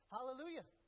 Hallelujah